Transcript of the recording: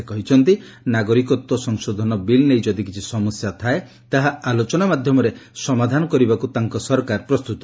ସେ କହିଛନ୍ତି ନାଗରିକତ୍ୱ ସଂଶୋଧନ ବିଲ୍ ନେଇ ଯଦି କିଛି ସମସ୍ୟା ଥାଏ ତାହା ଆଲୋଚନା ମାଧ୍ୟମରେ ସମାଧାନ କରିବାକୁ ତାଙ୍କ ସରକାର ପ୍ରସ୍ତୁତ